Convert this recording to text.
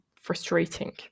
frustrating